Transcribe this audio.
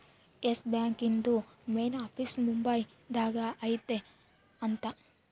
S Bank ಇಂದು main office Mumbai ದಾಗ ಐತಿ ಅಂತ